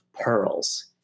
pearls